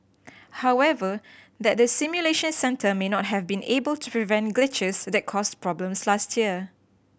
however that the simulation centre may not have been able to prevent glitches that caused problems last year